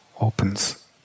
opens